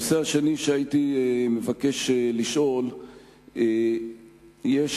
הנושא השני שאני מבקש לשאול עליו,